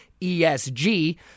ESG